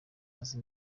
azi